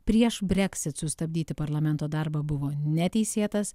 prieš brexit sustabdyti parlamento darbą buvo neteisėtas